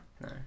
No